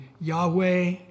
Yahweh